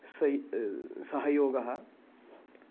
सै सहयोगः